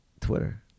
Twitter